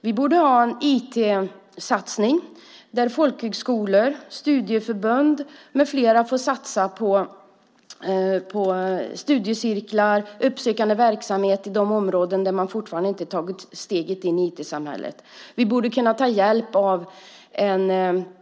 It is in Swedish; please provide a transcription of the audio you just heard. Vi borde ha en IT-satsning där folkhögskolor, studieförbund med flera får satsa på studiecirklar och uppsökande verksamhet i de områden där man fortfarande inte tagit steget in i IT-samhället.